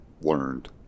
learned